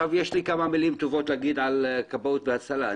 יש לי כמה מילים טובות לומר על כבאות והצלה.